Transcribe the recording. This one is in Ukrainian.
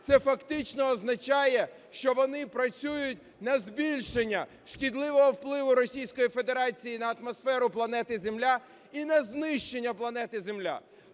Це фактично означає, що вони працюють на збільшення шкідливого впливу Російської Федерації на атмосферу планети Земля і на знищення планети Земля.